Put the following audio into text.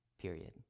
Period